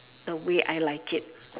the way I like it